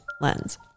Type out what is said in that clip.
Lens